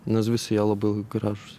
nes visi jie labai gražūs